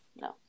no